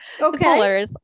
Okay